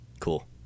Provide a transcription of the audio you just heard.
cool